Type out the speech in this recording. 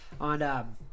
On